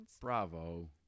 Bravo